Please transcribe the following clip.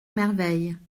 merveille